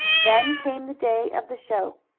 then came the day of the show.